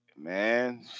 Man